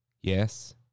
Yes